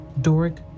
Doric